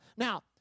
Now